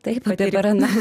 taip yra na